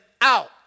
out